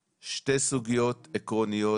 נמרץ.